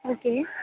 okay